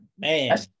man